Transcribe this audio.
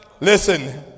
Listen